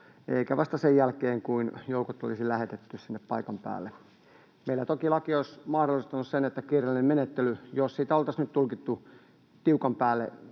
eikä vasta sen jälkeen, kun joukot olisi lähetetty sinne paikan päälle. Meillä toki laki olisi mahdollistanut sen — jos sitä oltaisiin nyt tulkittu tiukan päälle